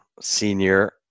senior